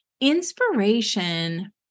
inspiration